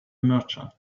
merchant